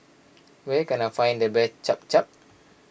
where can I find the best Cham Cham